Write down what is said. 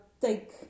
take